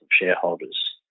shareholders